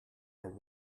are